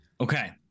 okay